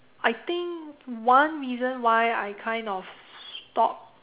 I think one reason why I kind of stop